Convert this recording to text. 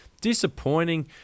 Disappointing